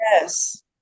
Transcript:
yes